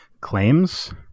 claims